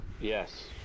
Yes